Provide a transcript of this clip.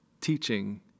teaching